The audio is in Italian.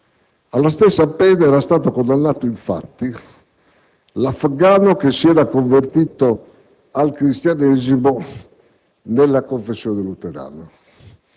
Alla stessa pena era stato condannato, infatti, l'afghano che si era convertito al cristianesimo nella confessione luterana.